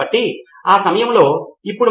కాబట్టి మీరు బహుశా భౌతిక రూపంలో సూచించేది అదే